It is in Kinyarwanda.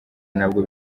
ntabwo